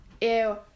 Ew